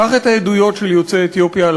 קח את העדויות של יוצאי אתיופיה על